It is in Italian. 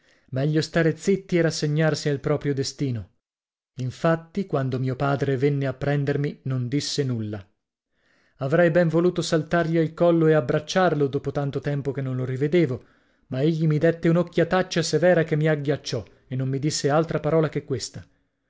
meglio stare zitti e rassegnarsi al proprio destino infatti quando mio padre venne a prendermi non disse nulla avrei ben voluto saltargli al collo e abbracciarlo dopo tanto tempo che non lo rivedevo ma egli mi dètte un'occhiataccia severa che mi agghiacciò e non mi disse altra parola che questa